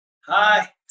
Hi